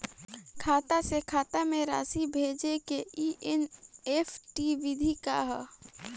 खाता से खाता में राशि भेजे के एन.ई.एफ.टी विधि का ह?